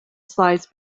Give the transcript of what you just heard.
slides